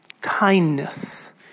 kindness